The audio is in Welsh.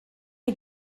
chi